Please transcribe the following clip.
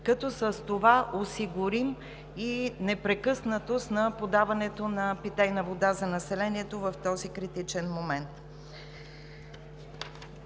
като с това осигурим и непрекъснатост на подаването на питейна вода за населението в този критичен момент.